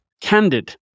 candid